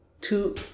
two